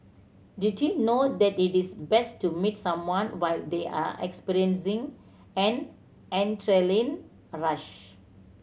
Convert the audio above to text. did you know that it is best to meet someone while they are experiencing an adrenaline a rush